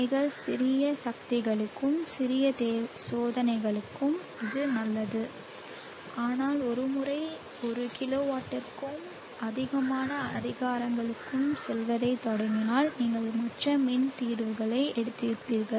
மிகச் சிறிய சக்திகளுக்கும் சிறிய சோதனைகளுக்கும் இது நல்லது ஆனால் ஒரு முறை 1 கிலோவாட்டிற்கும் அதிகமான அதிகாரங்களுக்குச் செல்லத் தொடங்கினால் நீங்கள் மற்ற மின் தீர்வுகளை எடுத்திருப்பீர்கள்